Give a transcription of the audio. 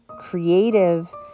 creative